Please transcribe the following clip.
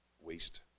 waste